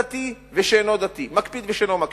דתי ושאינו דתי, מקפיד ושאינו מקפיד,